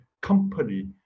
company